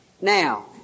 Now